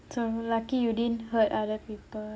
so lucky you didn't hurt other people